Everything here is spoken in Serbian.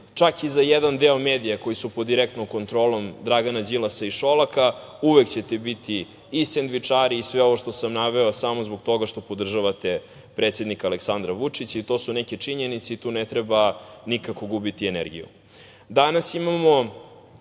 čak i za jedan deo medija koji su pod direktnom kontrolom Dragana Đilasa i Šolaka uvek ćete biti i sendvičari i sve ovo što sam naveo samo zbog toga što podržavate predsednika Aleksandra Vučića i to su neke činjenice i tu ne treba nikako gubiti energiju. Danas